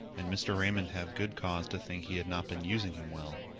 and mr. raymond have good cause to think he had not been using him well.